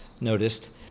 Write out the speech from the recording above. noticed